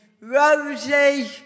Rosie